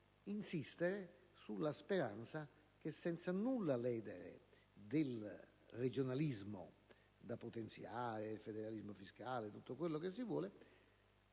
insistere nella speranza (senza nulla ledere del regionalismo da potenziare, del federalismo fiscale e di tutto quello che si vuole)